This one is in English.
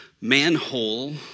manhole